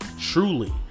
truly